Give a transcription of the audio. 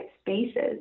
spaces